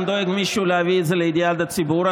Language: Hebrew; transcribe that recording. מישהו גם דואג להביא את זה לידיעת הציבור.